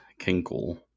Kinkle